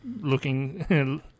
looking